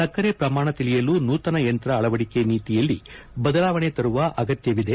ಸಕ್ಕರೆ ಪ್ರಮಾಣ ತಿಳಿಯಲು ನೂತನ ಯಂತ್ರ ಅಳವಡಿಕೆ ನೀತಿಯಲ್ಲಿ ಬದಲಾವಣೆ ತರುವ ಅಗತ್ಭವಿದೆ